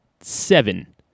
seven